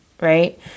right